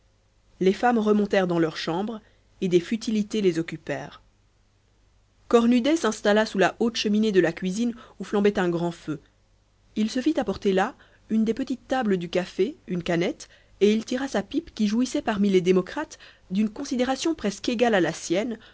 les femmes remontèrent dans leurs chambres et des futilités les occupèrent cornudet s'installa sous la haute cheminée de la cuisine où flambait un grand feu il se fit apporter là une des petites tables du café une canette et il tira sa pipe qui jouissait parmi les démocrates d'une considération presque égale à la sienne